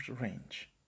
range